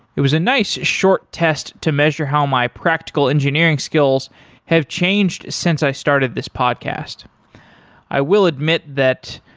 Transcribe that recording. it was a nice short test to measure how my practical engineering skills have changed since i started this podcast i will admit that,